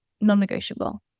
non-negotiable